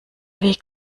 weg